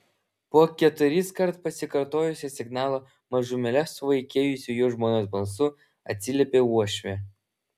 po keturiskart pasikartojusio signalo mažumėlę suvaikėjusiu jo žmonos balsu atsiliepė uošvė